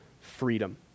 freedom